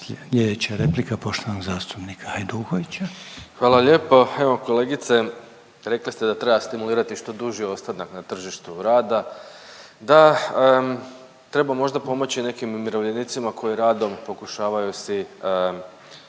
**Hajduković, Domagoj (Socijaldemokrati)** Hvala lijepo. Evo kolegice, rekli ste da treba stimulirati što duži ostanak na tržištu rada, da treba možda pomoći nekim umirovljenicima koji radom pokušavaju si,